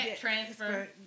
transfer